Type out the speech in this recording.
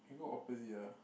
you go opposite ah